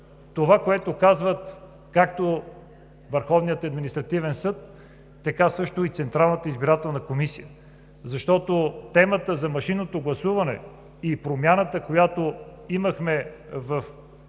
това, което казват както Върховният административен съд, така също и Централната избирателна комисия. Защото темата за машинното гласуване и промяната, която имахме в дебата,